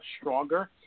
stronger